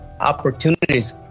opportunities